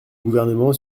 gouvernement